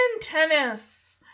tennis